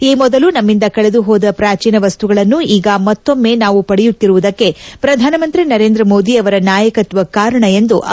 ಈ ಮೊದಲು ನಮ್ಮಿಂದ ಕಳೆದು ಹೋದ ಪ್ರಾಚೀನ ವಸ್ತುಗಳನ್ನು ಈಗ ಮತ್ತೊಮ್ಮೆ ನಾವು ಪಡೆಯುತ್ತಿರುವುದಕ್ಕೆ ಪ್ರಧಾನ ಮಂತ್ರಿ ನರೇಂದ್ರ ಮೋದಿ ಅವರ ನಾಯಕತ್ವ ಕಾರಣ ಎಂದು ಬಣ್ಣಿಸಿದರು